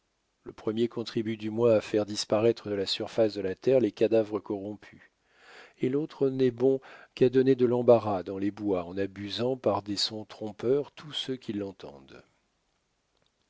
le premier contribue du moins à faire disparaître de la surface de la terre les cadavres corrompus et l'autre n'est bon qu'à donner de l'embarras dans les bois en abusant par des sons trompeurs tous ceux qui l'entendent